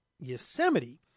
Yosemite